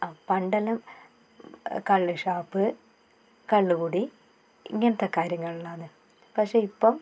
ആ പണ്ടെല്ലാം കള്ളുഷാപ്പ് കള്ളുകുടി ഇങ്ങനത്തെ കാര്യങ്ങളിലാന്ന് പക്ഷേ ഇപ്പം